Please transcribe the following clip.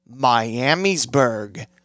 Miamisburg